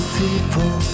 people